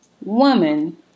woman